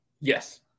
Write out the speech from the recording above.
Yes